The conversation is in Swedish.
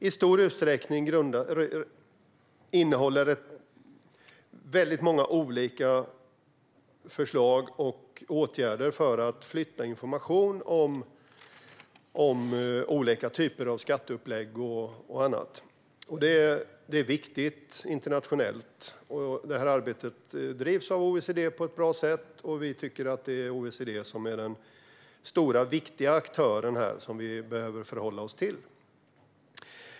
Det innehåller väldigt många olika förslag och åtgärder när det gäller att flytta information om olika typer av skatteupplägg och annat. Det är viktigt internationellt. Arbetet drivs av OECD på ett bra sätt. Vi tycker att det är OECD som är den stora och viktiga aktören här, som vi behöver förhålla oss till.